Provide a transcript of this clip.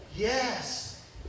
Yes